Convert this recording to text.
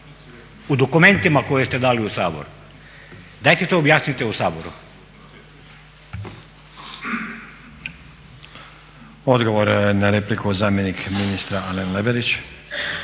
u dokumentima koje ste dali u Sabor, dajte to objasnite u Saboru.